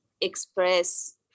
express